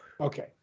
Okay